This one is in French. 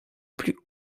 plus